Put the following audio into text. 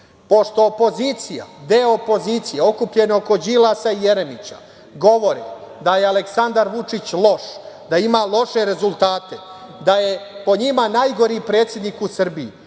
opozicija, deo opozicije okupljen oko Đilasa i Jeremića, govore da je Aleksandar Vučić loš, da ima loše rezultate, da je po njima najgori predsednik u Srbiji,